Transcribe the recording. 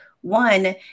one